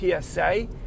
PSA